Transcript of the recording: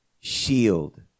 shield